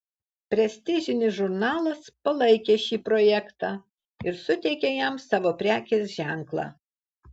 prestižinis žurnalas palaikė šį projektą ir suteikė jam savo prekės ženklą